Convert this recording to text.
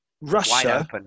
Russia